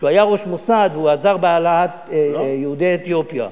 שהוא היה ראש מוסד והוא עזר בהעלאת יהודי אתיופיה,